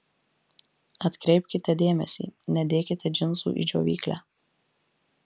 atkreipkite dėmesį nedėkite džinsų į džiovyklę